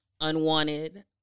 unwanted